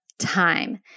time